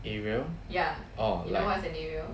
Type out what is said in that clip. aerial orh like